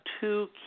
two